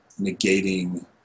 negating